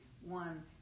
one